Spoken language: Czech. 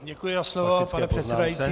Děkuji za slovo, pane předsedající.